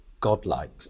godlike